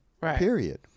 period